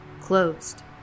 closed